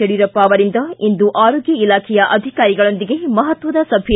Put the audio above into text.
ಯಡಿಯೂರಪ್ಪ ಅವರಿಂದ ಇಂದು ಆರೋಗ್ಯ ಇಲಾಖೆಯ ಅಧಿಕಾರಿಗಳೊಂದಿಗೆ ಮಹತ್ವದ ಸಭೆ